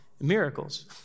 Miracles